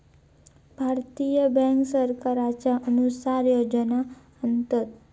भारतीय बॅन्क सरकारच्या अनुसार योजना आणतत